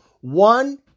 one